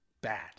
bad